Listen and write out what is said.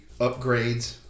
upgrades